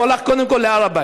הוא הלך קודם כול להר הבית.